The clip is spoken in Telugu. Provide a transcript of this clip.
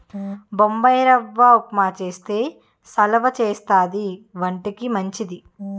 బొంబాయిరవ్వ ఉప్మా చేస్తే సలవా చేస్తది వంటికి మంచిది